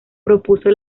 propuso